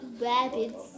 rabbits